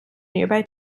nearby